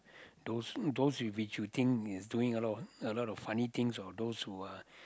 those those which you think it's doing a lot a lot of funny things or those who are